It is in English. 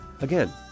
Again